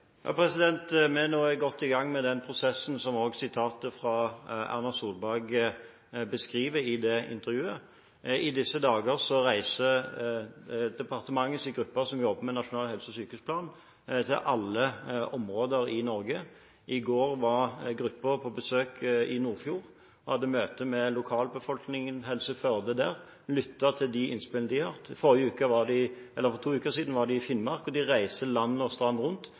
Vi er nå godt i gang med den prosessen som også sitatet fra Erna Solberg beskriver i intervjuet. I disse dager reiser departementets gruppe som jobber med nasjonal helse- og sykehusplan, til alle områder i Norge. I går var gruppen på besøk i Nordfjord og hadde møte med lokalbefolkningen og Helse Førde og lyttet til de innspillene de hadde. For to uker siden var de i Finnmark. De reiser land og strand rundt